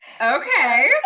Okay